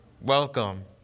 welcome